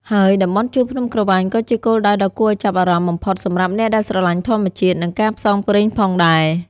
ហើយតំបន់ជួរភ្នំក្រវាញក៏ជាគោលដៅដ៏គួរឲ្យចាប់អារម្មណ៍បំផុតសម្រាប់អ្នកដែលស្រឡាញ់ធម្មជាតិ និងការផ្សងព្រេងផងដែរ។